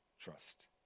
trust